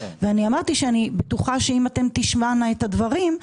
ואני אמרתי שאני בטוחה שאם אתם תשמעו את הדברים,